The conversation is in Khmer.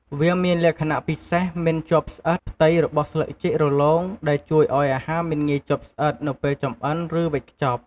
វាមានលក្ខណៈពិសេស មិនជាប់ស្អិត ផ្ទៃរបស់ស្លឹកចេករលោង ដែលជួយឱ្យអាហារមិនងាយជាប់ស្អិត នៅពេលចម្អិន ឬវេចខ្ចប់។